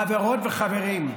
חברות וחברים,